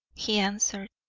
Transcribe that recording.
he answered.